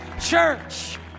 church